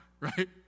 right